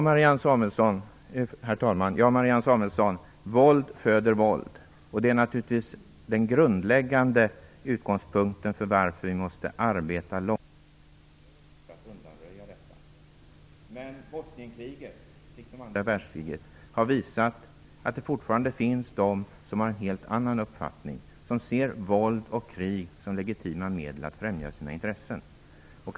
Herr talman! Ja, Marianne Samuelsson, våld föder våld. Det är naturligtvis den grundläggande utgångspunkten för att vi måste arbeta långsiktigt i syfte att undanröja sådant här. Men Bosnienkriget har liksom andra världskriget visat att det fortfarande finns de som har en helt annan uppfattning och som ser våld och krig som legitima medel för att främja sina intressen.